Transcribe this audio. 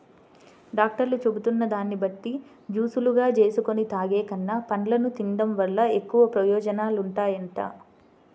డాక్టర్లు చెబుతున్న దాన్ని బట్టి జూసులుగా జేసుకొని తాగేకన్నా, పండ్లను తిన్డం వల్ల ఎక్కువ ప్రయోజనాలుంటాయంట